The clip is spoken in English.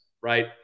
right